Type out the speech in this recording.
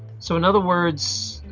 so in other words